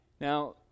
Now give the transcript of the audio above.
Now